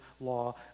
law